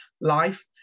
life